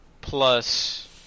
plus